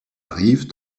rive